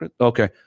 Okay